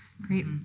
Great